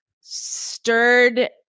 stirred